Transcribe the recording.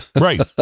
right